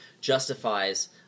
justifies